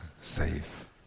safe